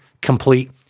complete